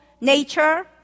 nature